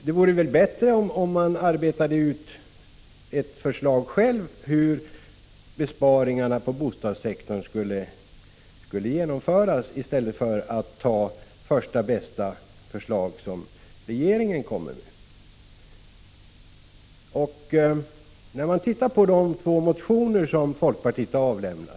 Det vore väl bättre om folkpartiet hade utarbetat ett eget förslag när det gäller hur besparingarna inom bostadssektorn skulle genomföras i stället för att ansluta sig till första bästa förslag som regeringen lägger fram. Folkpartiet har avlämnat två motioner med anledning av detta.